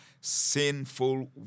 sinful